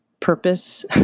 purpose